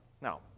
Now